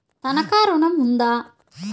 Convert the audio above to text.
తనఖా ఋణం ఉందా?